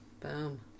Boom